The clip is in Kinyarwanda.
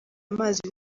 amazi